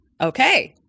okay